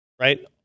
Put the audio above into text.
Right